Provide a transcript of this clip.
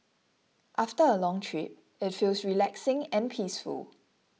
after a long trip it feels relaxing and peaceful